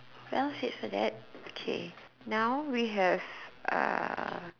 well said for that okay now we have uh